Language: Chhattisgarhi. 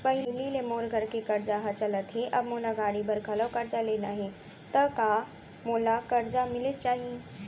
पहिली ले मोर घर के करजा ह चलत हे, अब मोला गाड़ी बर घलव करजा लेना हे ता का मोला करजा मिलिस जाही?